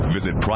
Visit